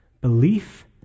belief